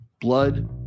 blood